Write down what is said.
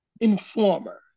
informer